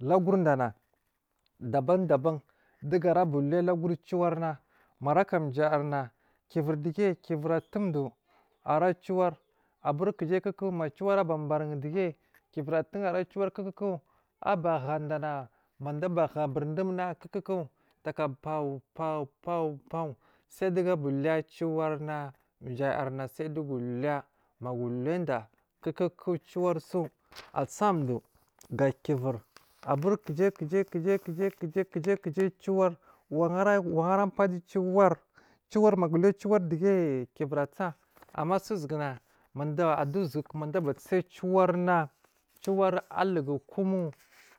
Lagurda na daban daban dugu arabaluja lagur ciwarna maraca jayar na kivir digiya kivir atandu ara ciwar abur kujai ku ku ku ciwar aba barir dugiya kivir a tun ara ciwar ku ku aba hadana mada abahada mada a baha burdumna kuku ku taka pawo pawo pawo sai digu aba uliya ciwar na jayarha sai dugu uliya magu uluyada kuku so kukusu a stsa duwo ga kivir aburkujai gujai gujai gujai gujai gujai gujai gujai ciwar wanra paga ciwar ciwa maga uli yaciwar dugiye kivir a tsa i towo uzuguna a duwa uzuguna ciwarna na ciwar alugu komu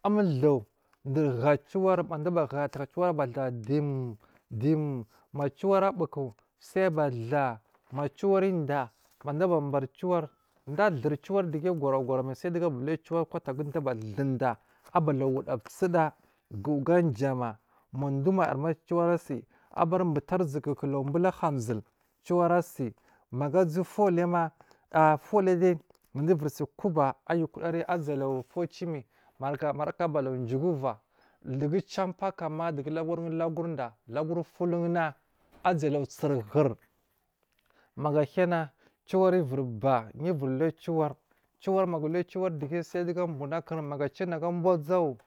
umdowo dur ha ciwar a ba da dum dum ma ciwar abuku ciwar a ba da ma ciwar udiya da aba bari ciwar du a duri ci war digiye gora gora mai du a duri ciwar dige ciwar gora goro mai dugu a ba uliya ciwar a balau woda suda guwogu ajama muduwomayarma ciwar asi abari bulari uzuguku mara bula uhamsul maga a zuwo fuliyama fuliyade nada uvirsi kuba a fulijade nada uvir sikoba ayukudari a ze laguri fu a cimiyi maraca maraca jigu vo a dugu jampa kamma dugu logurida lagur fulunna a ze lagur sirhur maga ahiya na ciwar uvir bay u uvir liyu ciwar maga uliya ciwar duwoge sai duga abuna kur maga a ciwo nagu abuwo a zawo.